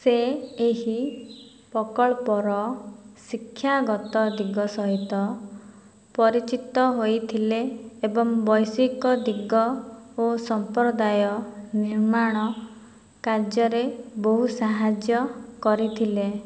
ସେ ଏହି ପ୍ରକଳ୍ପର ଶିକ୍ଷାଗତ ଦିଗ ସହିତ ପରିଚିତ ହୋଇଥିଲେ ଏବଂ ବୈଷୟିକ ଦିଗ ଓ ସମ୍ପ୍ରଦାୟ ନିର୍ମାଣ କାର୍ଯ୍ୟରେ ବହୁ ସାହାଯ୍ୟ କରିଥିଲେ